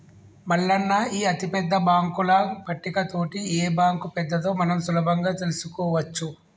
మల్లన్న ఈ అతిపెద్ద బాంకుల పట్టిక తోటి ఏ బాంకు పెద్దదో మనం సులభంగా తెలుసుకోవచ్చు